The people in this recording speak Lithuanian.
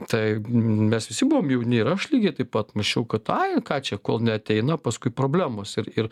tai mes visi buvom jauni ir aš lygiai taip pat mąsčiau kad ai ką čia kol neateina paskui problemos ir ir